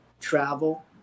travel